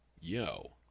yo